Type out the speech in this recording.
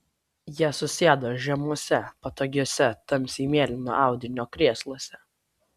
jie susėdo žemuose patogiuose tamsiai mėlyno audinio krėsluose